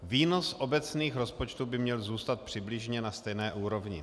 Výnos obecných rozpočtů by měl zůstat přibližně na stejné úrovni.